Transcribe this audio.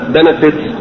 benefits